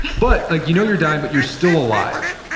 but like you know you're dying but you're still alive.